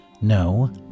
No